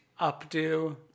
updo